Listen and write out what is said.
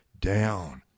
down